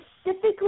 specifically